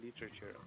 literature